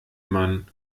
man